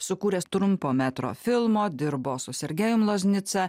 sukūręs trumpo metro filmo dirbo su sergejumi loznica